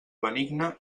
benigne